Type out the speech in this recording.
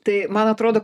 tai man atrodo